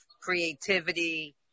creativity